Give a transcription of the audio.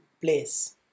place